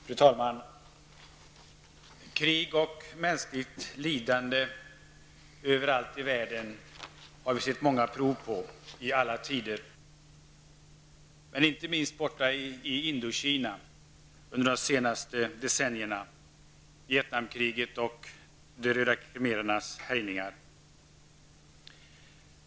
Fru talman! Krig och mänskligt lidande har vi sett många prov på i alla tider och överallt i världen, men inte minst i Indokina under de senaste decennierna -- Vietnamkriget och de röda khmerernas härjningar.